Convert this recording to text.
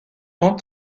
temps